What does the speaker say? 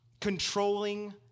controlling